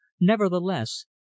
nevertheless